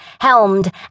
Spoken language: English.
helmed